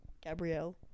Gabrielle